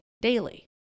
daily